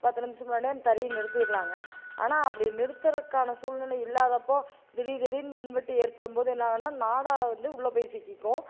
பத்து நிமிடம் முன்ன தறியை நிறுத்திடலாங்க ஆனால் அப்படி நிருத்தரக்கான சூழ்நிலை இல்லாதப்போ திடிர் திடிர்னு மின் வெட்டு ஏற்படும் போது என்னாகும்னா நாடா வந்து உள்ள போய் சிக்கிக்கும்